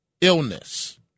illness